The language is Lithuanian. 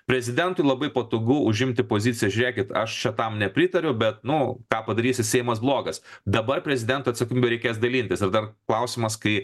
prezidentui labai patogu užimti poziciją žiūrėkit aš čia tam nepritariu bet nu ką padarysi seimas blogas dabar prezidentui atsakomybę reikės dalintis ir dar klausimas kai